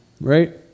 right